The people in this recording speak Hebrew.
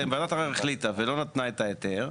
וועדת ערר החליטה ולא נתנה את ההיתר,